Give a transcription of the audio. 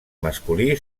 masculí